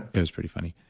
it was pretty funny.